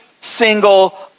single